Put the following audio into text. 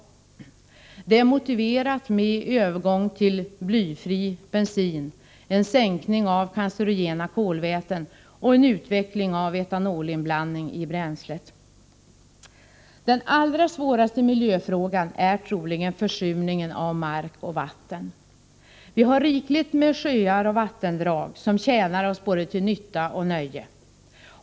Det är motiverat med övergång till blyfri bensin, en sänkning av halten cancerogena kolväten och en utveckling av etanolinblandning i bränslet. Den allra svåraste miljöfrågan är troligen försurningen av mark och vatten. Vi har rikligt med sjöar och vattendrag som tjänar oss både till nytta och nöje.